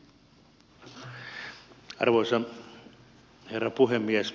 arvoisa herra puhemies